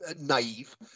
naive